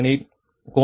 078 கோணம் 220